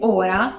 ora